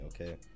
okay